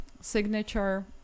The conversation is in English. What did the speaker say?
signature